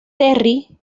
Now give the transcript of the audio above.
terry